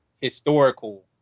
historical